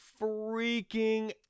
freaking